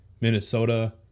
Minnesota